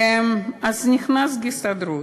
ואז נכנסת ההסתדרות.